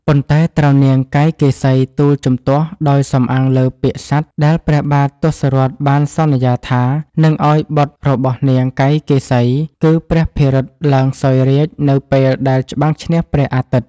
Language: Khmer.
ប៉ុន្តែត្រូវនាង កៃកេសី ទូលជំទាស់ដោយសំអាងលើពាក្យសត្យ ដែលព្រះបាទទសរថបានសន្យាថា នឹងឱ្យបុត្ររបស់នាង កៃកេសី គឺព្រះភិរុតឡើងសោយរាជ្យនៅពេលដែលច្បាំងឈ្នះព្រះអាទិត្យ។